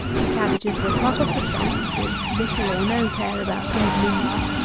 the cabbages were cut off the stump with little or no care about dead leaves.